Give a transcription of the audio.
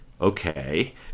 Okay